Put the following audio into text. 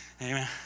Amen